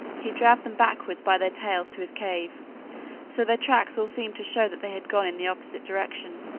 he dragged them backward by their tails to his cave so their tracks all seemed to show that they had gone in the opposite direction.